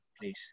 please